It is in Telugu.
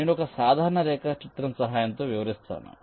నేను ఒక సాధారణ రేఖాచిత్రం సహాయంతో వివరిస్తాను